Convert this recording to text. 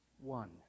one